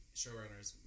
showrunners